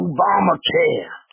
Obamacare